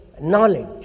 knowledge